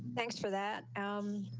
thanks for that. um,